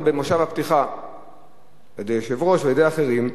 במושב הפתיחה על-ידי היושב-ראש ועל-ידי אחרים,